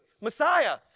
Messiah